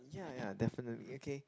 ya ya definitely okay